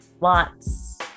Lots